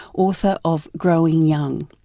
author of growing young.